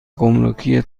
گمرکی